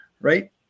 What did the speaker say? right